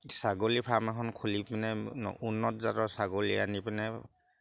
ছাগলী ফাৰ্ম এখন খুলি পিনে উন্নত জাতৰ ছাগলী আনি পিনে